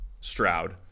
Stroud